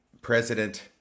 president